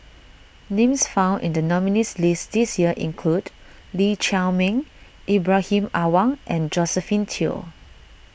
names found in the nominees' list this year include Lee Chiaw Meng Ibrahim Awang and Josephine Teo